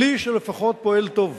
כלי שלפחות פועל טוב,